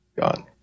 god